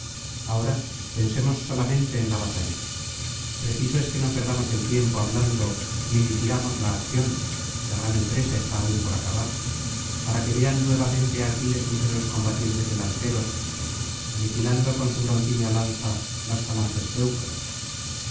ahora pensemos solamente en la batalla preciso es que no perdamos el tiempo hablando ni difiramos la acción la gran empresa está aún por acabar para que vean nuevamente á aquiles entre los combatientes delanteros aniquilando con su broncínea lanza las falanges